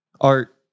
art